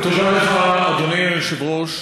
תודה לך, אדוני היושב-ראש.